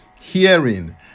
hearing